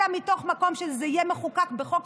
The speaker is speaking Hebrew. אלא מתוך מקום שזה יהיה מחוקק בחוק,